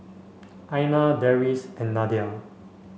Aina Deris and Nadia